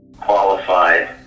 qualified